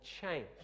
change